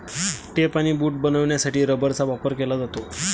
tape आणि boot बनवण्यासाठी रबराचा वापर केला जातो